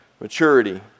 maturity